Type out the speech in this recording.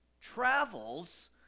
travels